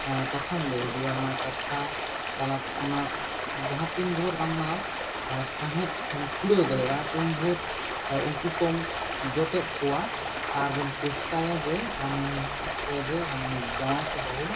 ᱠᱟᱛᱷᱟᱢ ᱞᱟᱹᱭ ᱤᱫᱤᱭᱟ ᱚᱱᱟ ᱠᱟᱛᱷᱟ ᱛᱟᱞᱟ ᱛᱮ ᱚᱱᱟ ᱢᱟᱦᱟᱸ ᱛᱤᱱ ᱵᱷᱩᱨ ᱟᱢ ᱚᱱᱟ ᱥᱟᱦᱮᱸᱫ ᱮᱢ ᱠᱩᱲᱟᱹᱣ ᱫᱟᱲᱮᱭᱟᱜᱼᱟ ᱩᱱ ᱵᱷᱩᱨ ᱩᱱᱠᱩ ᱠᱚᱢ ᱡᱚᱴᱮᱫ ᱠᱚᱣᱟ ᱟᱨ ᱪᱮᱥᱴᱟᱭᱟᱢ ᱡᱮ ᱟᱢᱮᱢ ᱪᱮᱥᱴᱟᱭᱟ ᱡᱮ ᱟᱢ ᱩᱱᱤ ᱡᱟᱶᱟᱭ ᱥᱮ ᱵᱟᱹᱦᱩᱢ